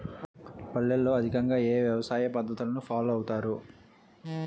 పల్లెల్లో అధికంగా ఏ వ్యవసాయ పద్ధతులను ఫాలో అవతారు?